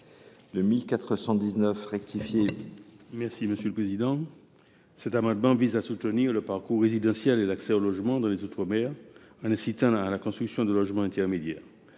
I 1419 rectifié.